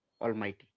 Almighty